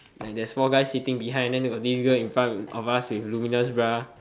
like there's four guys sitting behind then got this girl in front of us with luminous bra